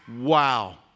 wow